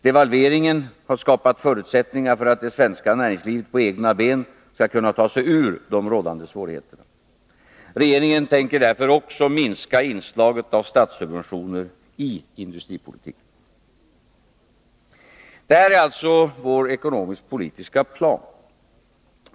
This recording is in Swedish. Devalveringen har skapat förutsättningar för att det svenska näringslivet på egna ben skall kunna ta sig ur de rådande svårigheterna. Regeringen tänker därför också minska inslaget av statssubventioner i industripolitiken. Detta är alltså vår ekonomisk-politiska plan.